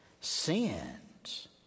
Sins